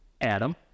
Adam